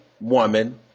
woman